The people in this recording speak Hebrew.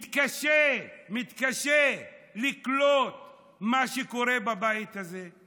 מתקשה, מתקשה לקלוט מה שקורה בבית הזה,